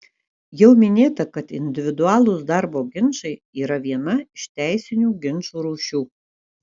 jau minėta kad individualūs darbo ginčai yra viena iš teisinių ginčų rūšių